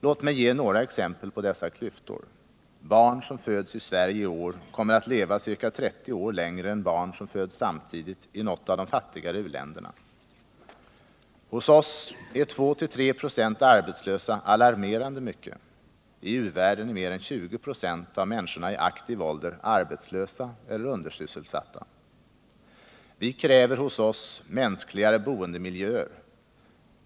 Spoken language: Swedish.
Låt mig ge några exempel på dessa klyftor: — Barn som föds i Sverige i år kommer att leva ca 30 år längre än barn som föds samtidigt i något av de fattigare u-länderna. — Hos oss är 2-3 96 arbetslösa alarmerande mycket; i u-världen är mer än 20 96 av människorna i aktiv ålder arbetslösa eller undersysselsatta. - Vi kräver hos oss mänskligare boendemiljöer.